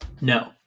No